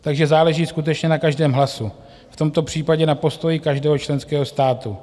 Takže záleží skutečně na každém hlasu, v tomto případě na postoji každého členského státu.